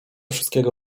wszystkiego